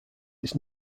its